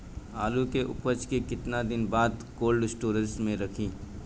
आलू के उपज के कितना दिन बाद कोल्ड स्टोरेज मे रखी?